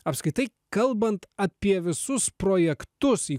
apskritai kalbant apie visus projektus į